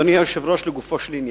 אדוני היושב-ראש, לגופו של עניין,